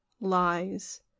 lies